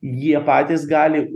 jie patys gali